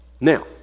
now